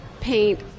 paint